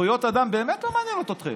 זכויות אדם באמת לא מעניינות אתכם.